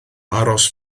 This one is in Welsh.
aros